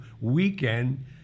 weekend